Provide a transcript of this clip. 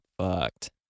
fucked